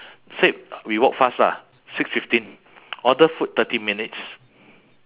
say we walk fast lah six fifteen order food thirty minutes